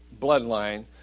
bloodline